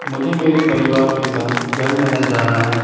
मुझे मेरे परिवार के संग जल महल जाना है